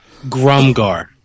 Grumgar